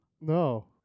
No